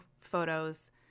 photos